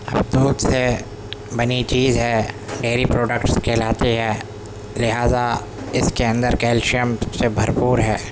اب دودھ سے بنی چیز ہے ڈیری پروڈکٹس کہلاتی ہیں لہذا اس کے اندر کیلشیم سے بھرپور ہے